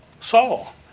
Saul